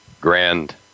grand